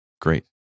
Great